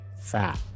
fat